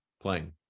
playing